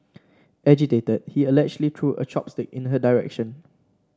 agitated he allegedly threw a chopstick in her direction